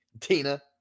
Tina